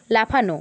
লাফানো